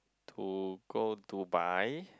to go to Dubai